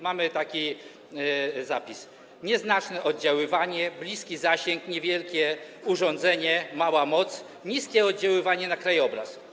Mamy takie zapisy: nieznaczne oddziaływanie, bliski zasięg, niewielkie urządzenie, mała moc, niskie oddziaływanie na krajobraz.